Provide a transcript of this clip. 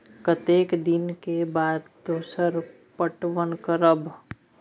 कतेक दिन के बाद दोसर पटवन करब?